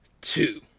two